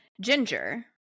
Ginger